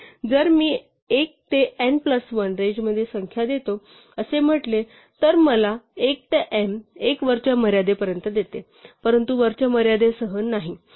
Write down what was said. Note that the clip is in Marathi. जर मी 1 ते n प्लस 1 रेंज मध्ये संख्या देतो असे म्हटले तर ते मला 1 ते m एक वरच्या मर्यादेपर्यंत देते परंतु वरच्या मर्यादेसह नाही